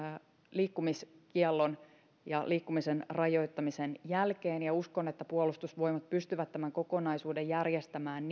liikkumiskiellon ja liikkumisen rajoittamisen jälkeen uskon että puolustusvoimat pystyvät tämän kokonaisuuden järjestämään